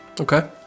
Okay